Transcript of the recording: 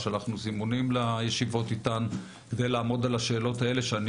שלחנו זימונים לישיבות איתן כדי לעמוד על השאלות האלה שאני